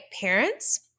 parents